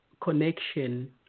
connection